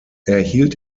erhielt